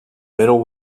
middle